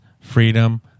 freedom